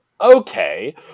okay